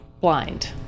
blind